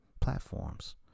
platforms